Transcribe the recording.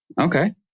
Okay